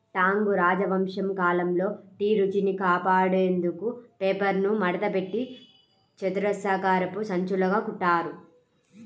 Tang రాజవంశం కాలంలో tea రుచిని కాపాడేందుకు పేపర్ను మడతపెట్టి చతురస్రాకారపు సంచులుగా కుట్టారు